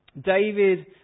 David